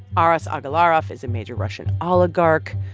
aras agalarov is a major russian oligarch.